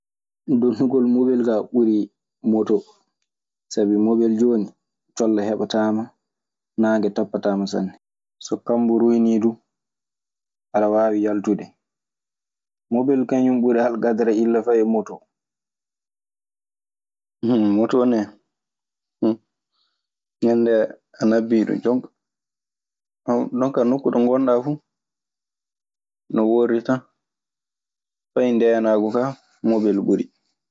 Donnugol mobel kaa ɓuri moto sabi mobel jooni colle heɓataa ma, naange tappataama sanne. So kammo ruynii du, aɗa waawi yaltude. Mobel ɓuri alkadara illa fay e moto. Motoo ne ñende a nabbii ɗun jonka… Jonkaa nokku to ngonɗaa fu no worri tan. Fay ndeenaagu kaa, mobel ɓuri.